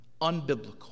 unbiblical